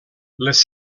les